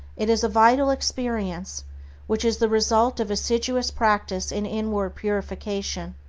it is a vital experience which is the result of assiduous practice in inward purification.